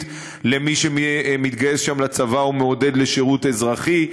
למי שמתגייס שם לצבא או מעודד לשירות אזרחי,